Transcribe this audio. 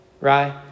right